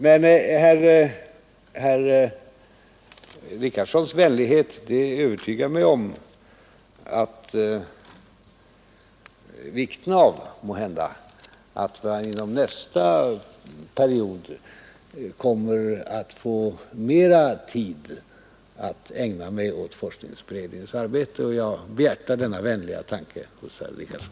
Men herr Richardsons vänlighet övertygar mig om vikten av att jag — måhända — under nästa period får mera tid att ägna mig åt forskningsberedningens arbete. Jag behjärtar denna vänliga tanke hos herr Richardson.